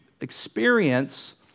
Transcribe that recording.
experience